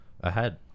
ahead